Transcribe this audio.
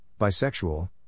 bisexual